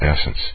essence